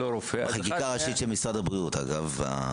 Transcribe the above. בחקיקה הראשית של משרד הבריאות אגב,